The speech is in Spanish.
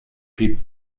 pete